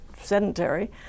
sedentary